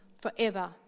forever